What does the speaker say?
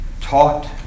taught